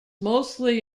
mostly